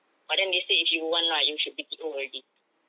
but then they say if you want right you should B_T_O already